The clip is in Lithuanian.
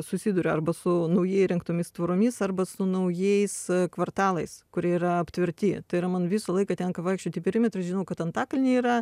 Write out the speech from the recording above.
susiduriu arba su naujai įrengtomis tvoromis arba su naujais kvartalais kurie yra aptverti tai yra man visą laiką tenka vaikščioti perimetru žinau kad antakalnyje yra